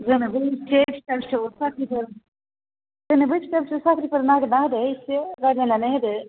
जोंनोबो एसे फिसा फिसौ साख्रिफोर जोंनोबो फिसा फिसौ साख्रिफोर नागिरना होदो एसे रायज्लायनानै होदो